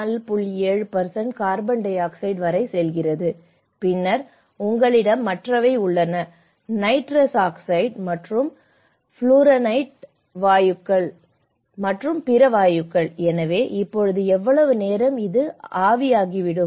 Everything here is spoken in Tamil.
7 கார்பன் டை ஆக்சைடு வரை செல்கிறது பின்னர் உங்களிடம் மற்றவை உள்ளன நைட்ரஸ் ஆக்சைடு மற்றும் ஃவுளூரைனேட்டட் வாயுக்கள் மற்றும் பிற வாயுக்கள் எனவே இப்போது எவ்வளவு நேரம் இது ஆவியாகிவிடும்